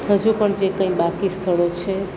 હજુ પણ જે કંઈ બાકી સ્થળો છે